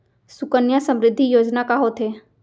सुकन्या समृद्धि योजना का होथे